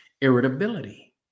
irritability